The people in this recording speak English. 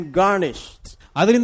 garnished